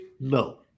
No